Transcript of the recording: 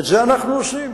את זה אנחנו עושים